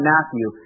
Matthew